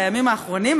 בימים האחרונים,